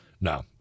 No